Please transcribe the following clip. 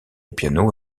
piano